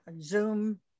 Zoom